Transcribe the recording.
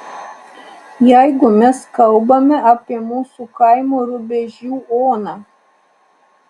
jeigu mes kalbame apie mūsų kaimo rubežių oną